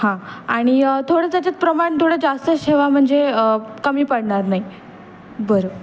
हां आणि थोडं त्याच्यात प्रमाण थोडं जास्त ठेवा म्हणजे कमी पडणार नाही बरं